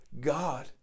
God